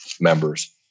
members